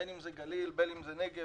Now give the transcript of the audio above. גליל, נגב